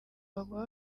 baguhe